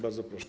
Bardzo proszę.